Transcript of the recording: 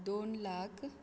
दोन लाख